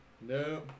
No